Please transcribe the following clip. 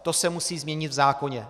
To se musí změnit v zákoně.